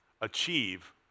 achieve